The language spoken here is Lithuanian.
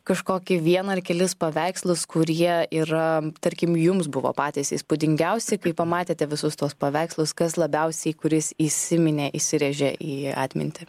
kažkokį vieną ar kelis paveikslus kurie yra tarkim jums buvo patys įspūdingiausi kai pamatėte visus tuos paveikslus kas labiausiai kuris įsiminė įsirėžė į atmintį